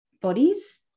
bodies